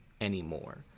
anymore